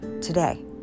today